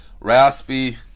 raspy